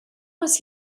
was